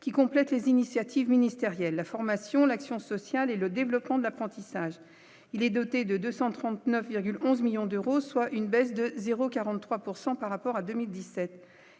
qui complètent les initiatives ministérielles, la formation, l'action sociale et le développement de l'apprentissage, il est doté de 239,11 millions d'euros, soit une baisse de 0 43 pourcent par rapport à 2017